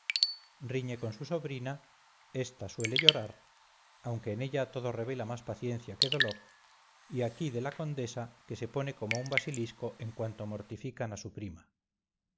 riñe con su sobrina esta suele llorar aunque en ella todo revela más paciencia que dolor y aquí de la condesa que se pone como un basilisco en cuanto mortificana su prima